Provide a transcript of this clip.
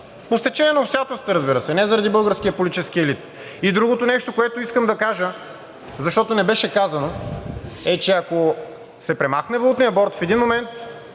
по стечение на обстоятелствата, разбира се, не заради българския политически елит. Другото нещо, което искам да кажа, защото не беше казано, е, че ако се премахне Валутният борд, в един момент